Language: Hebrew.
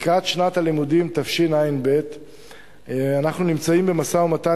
לקראת שנת הלימודים תשע"ב אנו במשא-ומתן